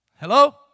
Hello